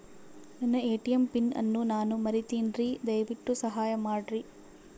ನನ್ನ ATM PIN ಅನ್ನು ನಾನು ಮರಿತಿನ್ರಿ, ದಯವಿಟ್ಟು ಸಹಾಯ ಮಾಡ್ರಿ